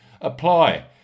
apply